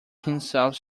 himself